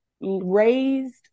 raised